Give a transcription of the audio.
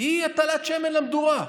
היא הטלת שמן למדורה,